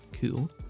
Cool